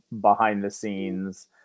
behind-the-scenes